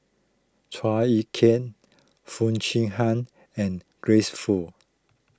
Chua Ek Kay Foo Chee Han and Grace Fu